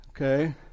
Okay